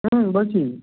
হুম বলছি